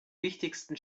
wichtigsten